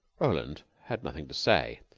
roland had nothing to say.